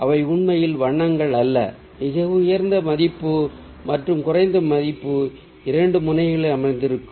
அவை உண்மையில் வண்ணங்கள் அல்ல மிக உயர்ந்த மதிப்பு மற்றும் குறைந்த மதிப்பு இரண்டு முனைகளில் அமர்ந்திருக்கும்